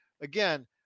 Again